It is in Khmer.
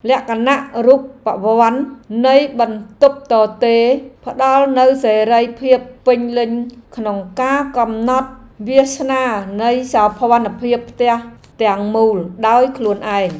លក្ខណៈរូបវន្តនៃបន្ទប់ទទេរផ្ដល់នូវសេរីភាពពេញលេញក្នុងការកំណត់វាសនានៃសោភ័ណភាពផ្ទះទាំងមូលដោយខ្លួនឯង។